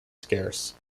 scarce